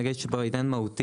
אני אגיד שיש פה עניין מהותי.